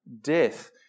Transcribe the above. death